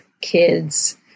kids